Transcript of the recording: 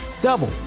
double